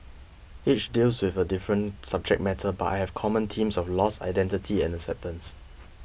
each deals with a different subject matter but have common themes of loss identity and acceptance